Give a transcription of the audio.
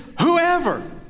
whoever